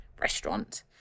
restaurant